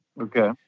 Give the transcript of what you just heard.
Okay